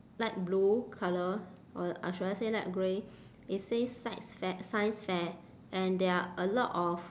light blue colour or I should I say light grey it says sights fair science fair and there are a lot of